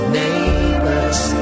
neighbors